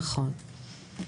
נכון.